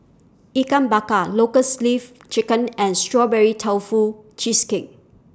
Ikan Bakar Lotus Leaf Chicken and Strawberry Tofu Cheesecake